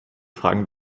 fragen